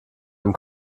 dem